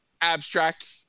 abstract